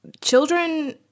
children